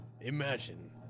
Imagine